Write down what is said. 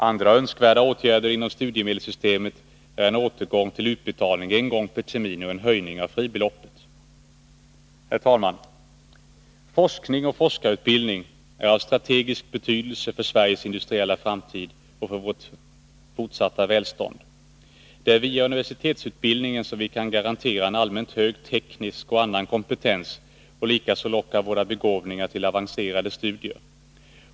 Andra önskvärda åtgärder inom studiemedelssystemet är en återgång till utbetalning en gång per termin och en höjning av fribeloppet. Herr talman! Forskning och forskarutbildning är av strategisk betydelse för Sveriges industriella framtid och för vårt fortsatta välstånd. Det är via universitetsutbildningen som vi kan garantera en allmänt hög teknisk och annan kompetens och likaså locka våra begåvningar till avancerade studier.